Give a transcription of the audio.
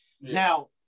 Now